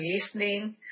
Listening